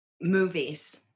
movies